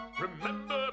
Remember